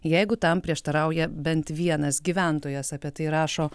jeigu tam prieštarauja bent vienas gyventojas apie tai rašo